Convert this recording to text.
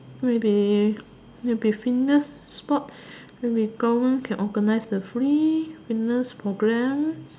really maybe fitness sports maybe government can organise the free fitness programme